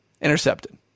intercepted